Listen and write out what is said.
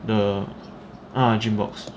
no uh GYMMBOXX